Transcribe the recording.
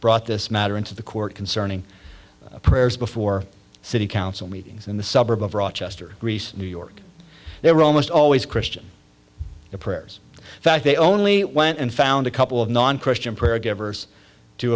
brought this matter into the court concerning prayers before city council meetings in the suburb of rochester new york they were almost always christian prayers in fact they only went and found a couple of non christian prayer givers